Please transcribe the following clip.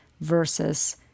versus